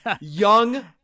Young